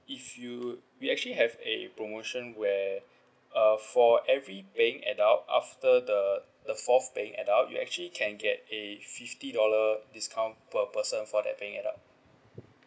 if you we actually have a promotion where uh for every paying adult after the the fourth paying adult you actually can get a fifty dollar discount per person for that paying adult